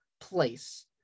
place